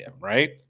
right